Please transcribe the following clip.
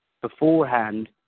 beforehand